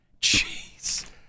Jeez